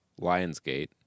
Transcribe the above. Lionsgate